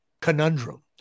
conundrum